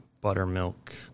buttermilk